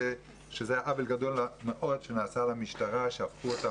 שזה עוול גדול מאוד שנעשה למשטרה כאשר הפכו אותה